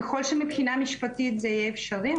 ככל שמבחינה משפטית זה יהיה אפשרי,